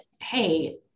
hey